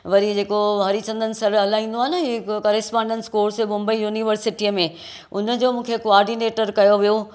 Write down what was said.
वरी जेको हरी चन्दन सर हलाईंदो आहे न इहे कोरस्पोंडस कोर्स मुंबई यूनिवर्सिटिअ में हुन जो मूंखे कोर्डीनेटर कयो वियो